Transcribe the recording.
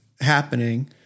happening